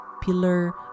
pillar